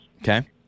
Okay